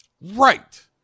Right